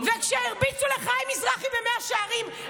כשהרביצו לחיים מזרחי במאה שערים,